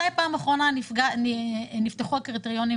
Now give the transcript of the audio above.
מתי פעם אחרונה נפתחו הקריטריונים